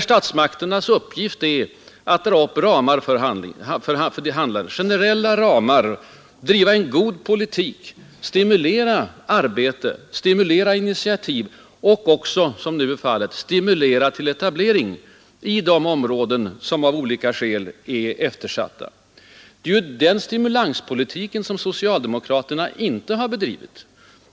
Statsmakternas uppgift är att dra upp generella ramar, driva en god politik, stimulera arbete och initiativ, och även, som nu är: fallet, stimulera till etablering i de områden som av olika skäl blivit eftersatta. Det är den stimulanspolitiken socialdemokraterna inte har bedrivit.